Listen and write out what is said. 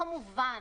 כמובן